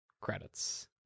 Credits